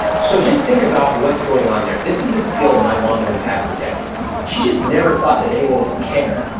so just think about what's going on there. this is a skill my mom has had for decades. she just never thought that anyone would care.